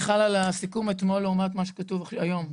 הסיכום אתמול לעומת מה שכתוב היום.